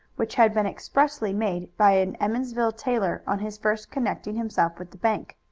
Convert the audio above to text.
which had been expressly made by an emmonsville tailor on his first connecting himself with the bank.